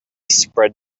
spread